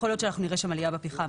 יכול להיות שאנחנו נראה שם עלייה בפחם.